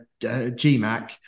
GMAC